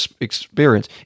experience